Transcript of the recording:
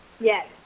Yes